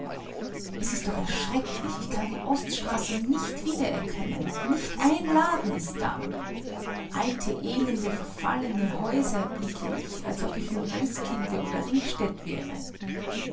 es ist doch erschrecklich ich kann die oststraße nicht wieder erkennen nicht ein laden ist da alte elende verfallene häuser erblicke ich als ob ich in roeskilde oder ringstedt wäre